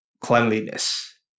cleanliness